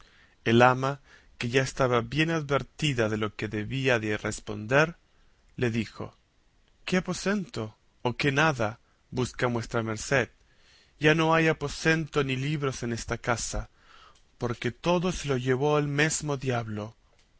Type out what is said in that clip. el ama que ya estaba bien advertida de lo que había de responder le dijo qué aposento o qué nada busca vuestra merced ya no hay aposento ni libros en esta casa porque todo se lo llevó el mesmo diablo